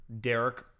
Derek